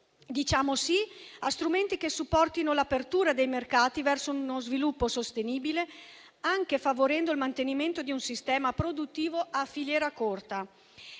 diciamo "sì" a strumenti che supportino l'apertura dei mercati verso uno sviluppo sostenibile, anche favorendo il mantenimento di un sistema produttivo a filiera corta;